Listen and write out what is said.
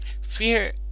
Fear